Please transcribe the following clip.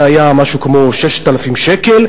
זה היה משהו כמו 6,000 שקל.